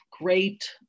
great